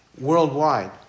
worldwide